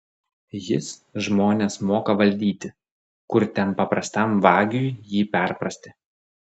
jis žmones moka valdyti kur ten paprastam vagiui jį perprasti